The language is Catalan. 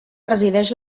presideix